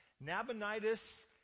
Nabonidus